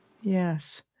Yes